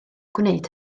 gwneud